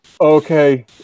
Okay